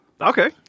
Okay